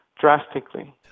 drastically